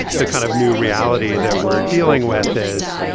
the kind of new reality that we're dealing with is,